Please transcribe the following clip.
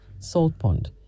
Saltpond